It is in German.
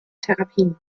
therapien